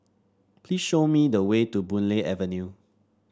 please show me the way to Boon Lay Avenue